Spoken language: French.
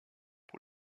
pour